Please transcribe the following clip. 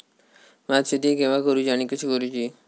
भात शेती केवा करूची आणि कशी करुची?